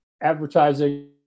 advertising